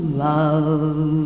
love